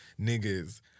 niggas